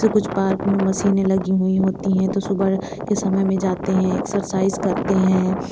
जो कुछ पार्क में मशीने लगी हुई होती है तो सुबह के समय में जाते हैं एक्सरसाइज करते हैं